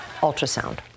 Ultrasound